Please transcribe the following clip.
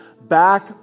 Back